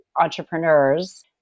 entrepreneurs